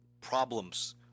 problems